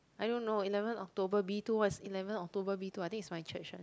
I don't know eleven October B two what is eleven October B two I think is my church one